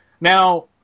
Now